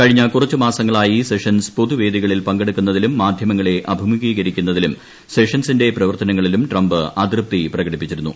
കഴിഞ്ഞ കുറച്ചു മാസങ്ങളായി സെഷൻസ് പൊതുവേദികളിൽ പങ്കെടുക്കുന്നതിലും മാധ്യമങ്ങളെ അഭിമുഖീകരിക്കുന്നതിലും സെഷൻസിന്റെ പ്രവർത്തനങ്ങളിലും ട്രംപ് അതൃപ്തി പ്രകടിപ്പിച്ചിരുന്നു